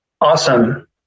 Awesome